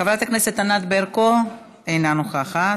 חברת הכנסת ענת ברקו, אינה נוכחת.